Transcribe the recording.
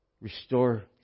Restore